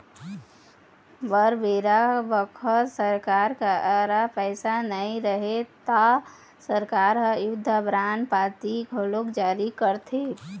बर बेरा बखत सरकार करा पइसा नई रहय ता सरकार ह युद्ध बांड पाती घलोक जारी करथे